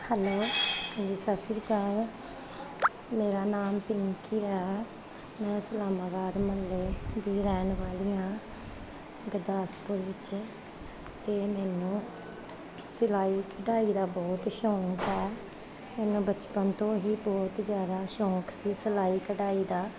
hello ਹਾਂਜੀ ਸਤਿ ਸ਼੍ਰੀ ਅਕਾਲ ਮੇਰਾ ਨਾਮ ਪਿੰਕੀ ਹੈ ਮੈਂ ਇਸਲਾਮਾਬਾਦ ਮੁਹੱਲੇ ਦੀ ਰਹਿਣ ਵਾਲੀ ਹਾਂ ਗੁਰਦਾਸਪੁਰ ਵਿੱਚ ਅਤੇ ਮੈਨੂੰ ਸਿਲਾਈ ਕਢਾਈ ਦਾ ਬਹੁਤ ਸ਼ੌਂਕ ਹੈ ਮੈਨੂੰ ਬਚਪਨ ਤੋਂ ਹੀ ਬਹੁਤ ਜ਼ਿਆਦਾ ਸ਼ੌਂਕ ਸੀ ਸਿਲਾਈ ਕਢਾਈ ਦਾ